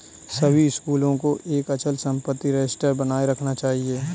सभी स्कूलों को एक अचल संपत्ति रजिस्टर बनाए रखना चाहिए